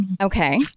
Okay